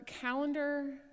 calendar